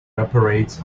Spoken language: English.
operates